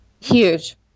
Huge